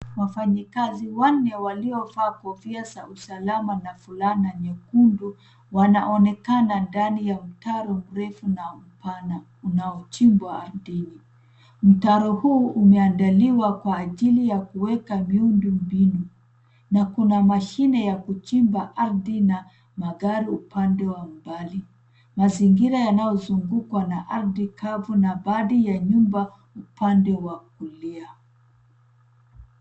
Wafanyakazi wanne waliovaa kofia za usalama na fulana nyekundu, wanaonekana ndani ya mtaro mrefu na upana unaochimbwa ardhini. Mtaro huu umeandaliwa kwa ajili ya kuweka miundo mbinu na kuna mashine ya kuchimba ardhi na magari upande wa mbali. Mazingira yanayozungukwa na ardhi kavu na baadhi ya nyumba upande wa kulia.